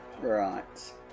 right